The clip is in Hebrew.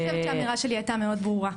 אני חושבת שהאמירה שלי הייתה מאוד ברורה.